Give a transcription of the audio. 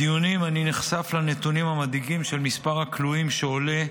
בדיונים אני נחשף לנתונים המדאיגים של מספר הכלואים שעולה,